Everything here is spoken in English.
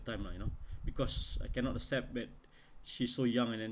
time ah you know because I cannot accept that she's so young and then